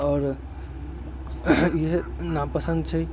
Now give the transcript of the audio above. आओर इहे नापसन्द छै